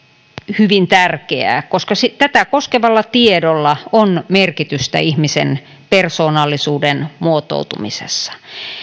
hyvin tärkeää koska tätä koskevalla tiedolla on merkitystä ihmisen persoonallisuuden muotoutumisessa